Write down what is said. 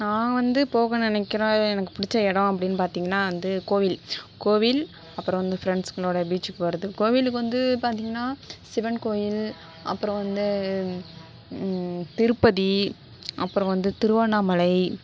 நான் வந்து போக நினைக்கிற எனக்கு பிடிச்ச இடம் அப்படின்னு பார்த்திங்கனா வந்து கோவில் கோவில் அப்புறம் இந்த ஃப்ரெண்ட்ஸ்களோட பீச்சுக்கு போகிறது கோவிலுக்கு வந்து பார்த்திங்கனா சிவன் கோவில் அப்புறம் வந்து திருப்பதி அப்புறம் வந்து திருவண்ணாமலை